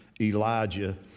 Elijah